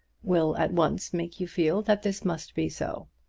will at once make you feel that this must be so.